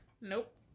Nope